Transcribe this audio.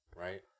right